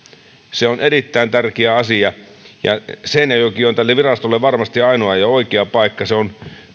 se on erittäin tärkeä asia ja seinäjoki on tälle virastolle varmasti se ainoa ja oikea paikka se on